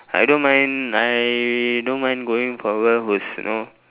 I don't mind I don't mind going for a girl who's you know